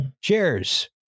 Cheers